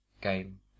Game